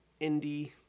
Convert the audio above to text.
indie